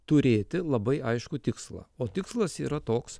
turėti labai aiškų tikslą o tikslas yra toks